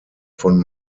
von